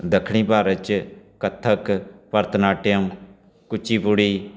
ਦੱਖਣੀ ਭਾਰਤ 'ਚ ਕੱਥਕ ਭਰਤਨਾਟਿਅਮ ਕੁਚੀਪੁੜੀ